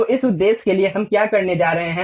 तो इस उद्देश्य के लिए हम क्या करने जा रहे हैं